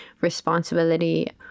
responsibility